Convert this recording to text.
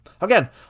Again